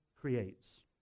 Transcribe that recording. creates